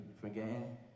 forgetting